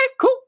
cool